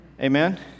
Amen